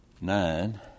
nine